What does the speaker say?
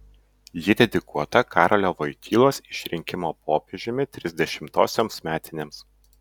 ji dedikuota karolio vojtylos išrinkimo popiežiumi trisdešimtosioms metinėms